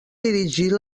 dirigir